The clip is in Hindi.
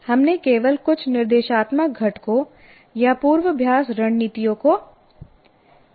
हमने केवल कुछ निर्देशात्मक घटकों या पूर्वाभ्यास रणनीतियों को दिखाया है